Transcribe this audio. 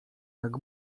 jak